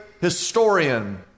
historian